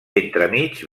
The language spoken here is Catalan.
entremig